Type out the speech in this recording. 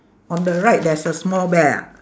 on the right there's a small bear ah